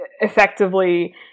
effectively